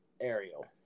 Ariel